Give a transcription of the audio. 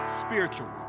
spiritual